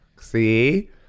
See